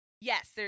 Yes